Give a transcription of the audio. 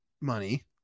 money